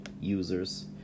users